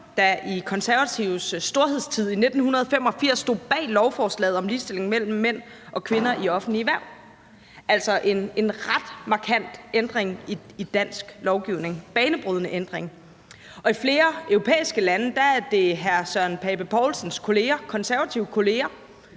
der i Konservatives storhedstid i 1985 stod bag lovforslaget om ligestilling mellem mænd og kvinder i offentlige hverv, altså en ret markant ændring i dansk lovgivning. Det var en banebrydende ændring. Og i flere europæiske lande er det hr. Søren Pape Poulsens konservative kolleger,